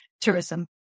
tourism